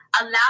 allow